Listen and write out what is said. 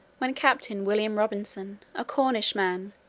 when captain william robinson, a cornish man,